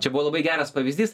čia buvo labai geras pavyzdys